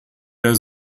der